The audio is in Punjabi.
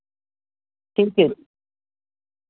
ਠੀਕ ਹੈ ਜੀ